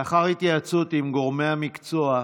לאחר התייעצות עם גורמי המקצוע,